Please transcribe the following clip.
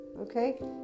okay